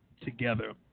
together